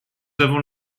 avons